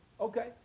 Okay